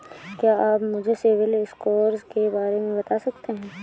क्या आप मुझे सिबिल स्कोर के बारे में बता सकते हैं?